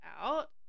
out